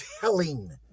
telling